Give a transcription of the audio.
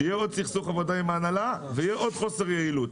שיהיה עוד סכסוך עבודה עם ההנהלה ויהיה עוד חוסר יעילות.